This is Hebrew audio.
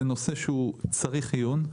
זה נושא שצריך עיון.